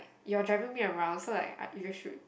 you are driving me around so like I you should